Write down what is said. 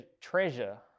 treasure